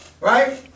Right